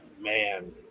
man